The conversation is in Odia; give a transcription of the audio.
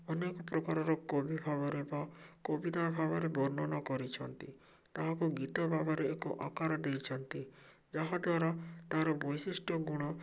ଅନେକ ପ୍ରକାରର କବି ଭାବରେ ବା କବିତା ଭାବରେ ବର୍ଣ୍ଣନା କରିଛନ୍ତି ତାହାକୁ ଗୀତ ଭାବରେ ଏକ ଆକାର ଦେଇଛନ୍ତି ଯାହା ଦ୍ଵାରା ତା'ର ବୈଶିଷ୍ଟ୍ୟ ଗୁଣ